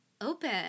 open